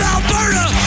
Alberta